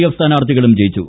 F സ്ഥാനാർത്ഥികളും ജയിച്ചു